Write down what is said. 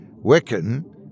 Wiccan